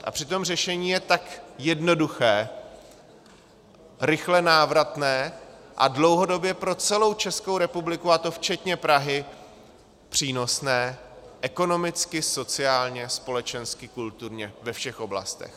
A přitom řešení je tak jednoduché, rychle návratné a dlouhodobě pro celou Českou republiku, a to včetně Prahy, přínosné ekonomicky, sociálně, společensky, kulturně, ve všech oblastech.